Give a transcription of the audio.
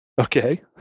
Okay